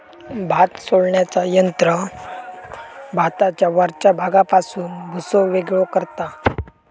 भात सोलण्याचा यंत्र भाताच्या वरच्या भागापासून भुसो वेगळो करता